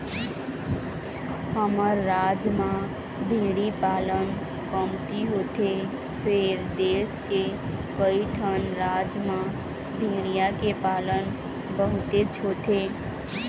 हमर राज म भेड़ी पालन कमती होथे फेर देश के कइठन राज म भेड़िया के पालन बहुतेच होथे